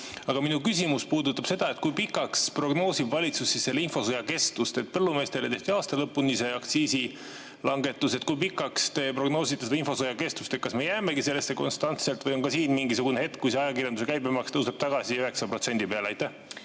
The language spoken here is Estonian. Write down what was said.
Aga minu küsimus puudutab seda, kui pikaks prognoosib valitsus selle infosõja kestust. Põllumeestele tehti aasta lõpuni aktsiisilangetus. Kui pikaks te prognoosite infosõja kestust? Kas me jäämegi selle juurde konstantselt või on ka siin mingisugune hetk, kui ajakirjanduse käibemaks tõuseb tagasi 9% peale? Aitäh,